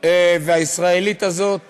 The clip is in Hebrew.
והישראלית הזאת